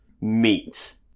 meat